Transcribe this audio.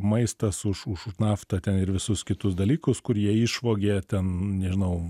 maistas už už už naftą ten ir visus kitus dalykus kur jie išvogė ten nežinau